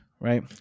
right